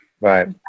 right